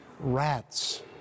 rats